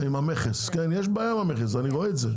עם המכס, כן יש בעיה עם המכס אני רואה את זה.